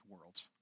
worlds